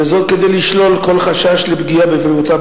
וזאת כדי לשלול כל חשש לפגיעה בבריאותם